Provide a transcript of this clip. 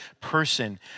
person